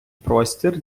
простір